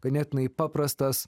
ganėtinai paprastas